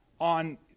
on